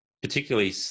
particularly